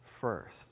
first